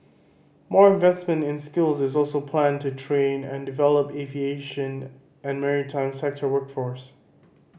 more investment in skills is also planned to train and develop the aviation and maritime sector workforce